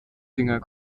singer